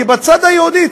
כי בצד היהודי,